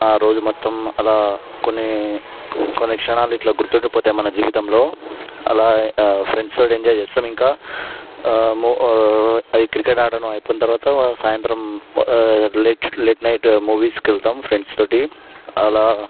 ఆరోజు మొత్తం అలా కొన్ని కొన్ని క్షణాలు ఇట్లా గుర్తుండి పోతాయి మన జీవితంలో అలా ఫ్రెండ్స్తో ఎంజాయ్ చేస్తాం ఇంకా క్రికెట్ ఆడటం అయిపోయిన తర్వాత సాయంత్రం లేట్ నైట్ మూవీస్కి వెళ్తాము ఫ్రెండ్స్ తోటి అలా